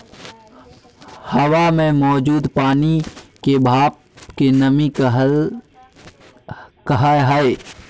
हवा मे मौजूद पानी के भाप के नमी कहय हय